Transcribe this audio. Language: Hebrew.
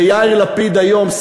ויאיר לפיד היום,